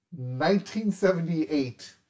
1978